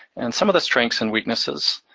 and some of the strengths and weaknesses.